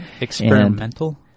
Experimental